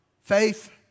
Faith